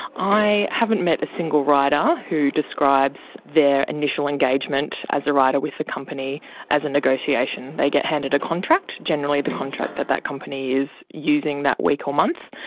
i haven't met a single rider who describes their initial engagement as a rider with a company as a negotiation. they get handed a contract, generally the contract that that company is using that week or month,